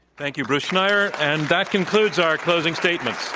thank you, bruce schneier, and that concludes our closing statements.